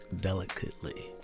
delicately